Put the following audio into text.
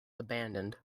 abandoned